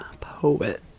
poet